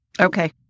Okay